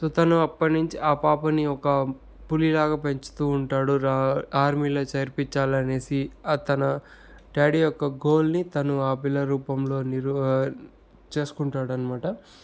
so తను అప్పటినుంచి ఆ పాపని ఒక పులిలాగా పెంచుతూ ఉంటాడు ఆర్మీలో చేర్పించాలనేసి తన డాడీ యొక్క గోల్ని తను ఆ పిల్ల రూపంలో నిర్వ చేసుకుంటాడనమాట